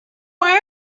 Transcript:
why